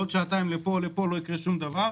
עוד שעתיים לפה או לפה לא יקרה שום דבר.